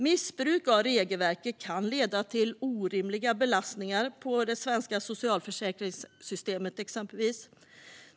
Missbruk av regelverket kan leda till orimliga belastningar på exempelvis det svenska socialförsäkringssystemet.